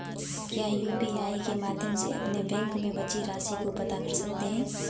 क्या यू.पी.आई के माध्यम से अपने बैंक में बची राशि को पता कर सकते हैं?